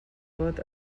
vot